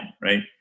right